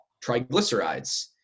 triglycerides